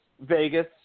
Vegas